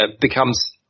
becomes